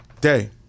day